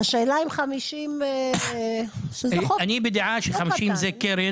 השאלה אם 50 --- אני בדעה ש-50 זה קרן.